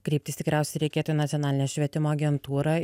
kreiptis tikriausiai reikėtų į nacionalinę švietimo agentūrą